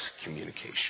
communication